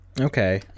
Okay